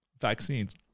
vaccines